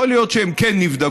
יכול להיות שהן כן נבדקות,